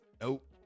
Nope